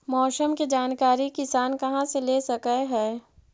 मौसम के जानकारी किसान कहा से ले सकै है?